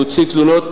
להוציא תלונות,